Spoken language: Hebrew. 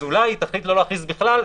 אולי היא תחליט לא להכריז בכלל,